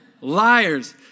Liars